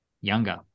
younger